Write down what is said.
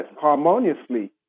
harmoniously